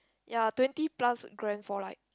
ya twenty plus grand for like